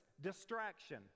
distraction